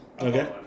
Okay